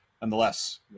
nonetheless